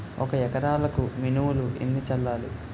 ఒక ఎకరాలకు మినువులు ఎన్ని చల్లాలి?